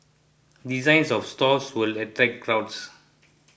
designs of stores will attract crowds